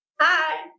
Hi